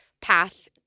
path